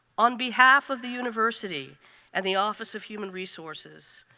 on behalf of the university and the office of human resources,